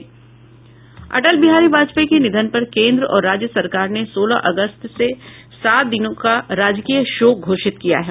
अटल बिहारी वाजपेयी के निधन पर केन्द्र और राज्य सरकार ने सोलह अगस्त से सात दिनों का राजकीय शोक घोषित किया है